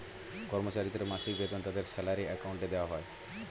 কর্মচারীদের মাসিক বেতন তাদের স্যালারি অ্যাকাউন্টে দেওয়া হয়